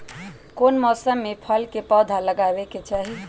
कौन मौसम में फल के पौधा लगाबे के चाहि?